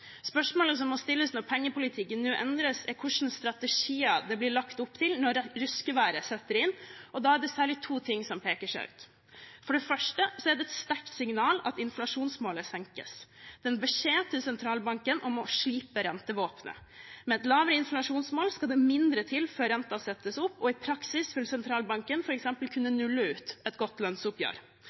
Spørsmålet som må stilles når pengepolitikken nå endres, er hvilke strategier det blir lagt opp til når ruskeværet setter inn. Da er det særlig to ting som peker seg ut: For det første er det et sterkt signal at inflasjonsmålet senkes. Det er en beskjed til sentralbanken om å slipe rentevåpenet. Med et lavere inflasjonsmål skal det mindre til før renten settes opp. I praksis vil sentralbanken f.eks. kunne nulle ut et godt lønnsoppgjør,